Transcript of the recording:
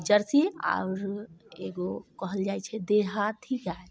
Jersey आओर एगो कहल जाइत छै देहाती गाय